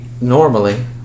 normally